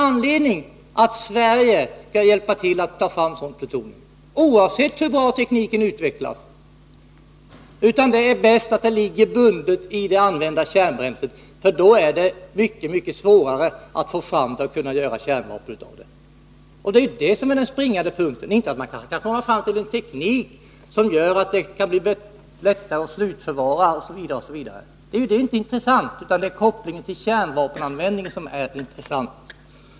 Det är bäst att det får ligga bundet i det använda kärnbränslet, för då är det mycket svårare att få fram det och kunna göra kärnvapen av det. Det är detta som är den springande punkten, inte att man kanske kan komma fram till en teknik som gör att det blir lättare att slutförvara avfallet osv. Det är inte det intressanta, utan det är kopplingen till kärnvapenanvändningen.